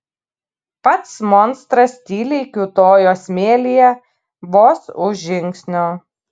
pats monstras tyliai kiūtojo smėlyje vos už žingsnio